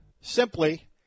Simply